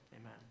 Amen